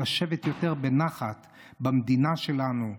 לשבת יותר בנחת במדינה שלנו,